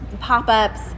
Pop-ups